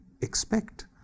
expect